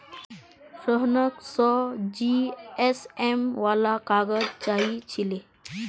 रोहनक सौ जीएसएम वाला काग़ज़ चाहिए छिले